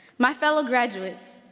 my fellow graduates,